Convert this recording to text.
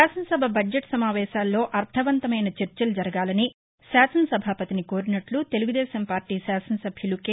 శాసనసభ బడ్జెట్ సమావేశాల్లో అర్ధవంతమైన చర్చలు జరగాలని శానన సభాపతిని కోరినట్ల తెలుగుదేశం పార్లీ శాసనసభ్యులు కె